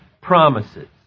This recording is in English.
promises